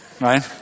right